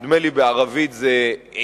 נדמה לי שבערבית זה "אינקלב",